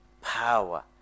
power